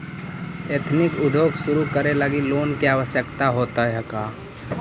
Ethnic उद्योग शुरू करे लगी लोन के आवश्यकता होतइ का?